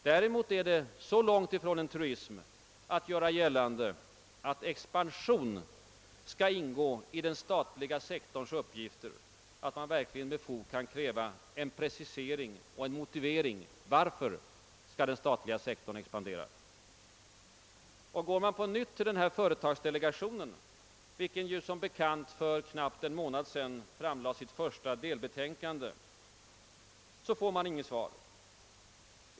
Däremot är det så långt ifrån en truism att göra gällande att expansion skall ingå i den statliga sektorns uppgifter, att man verkligen med fog kan kräva en precisering och en motivering till att den statliga sektorn skall expandera. Går man på nytt till företagsdelegationen, vilken som bekant för knappt en månad sedan framlade sitt första delbetänkande, får man inget svar.